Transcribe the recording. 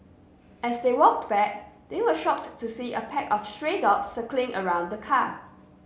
as they walked back they were shocked to see a pack of stray dogs circling around the car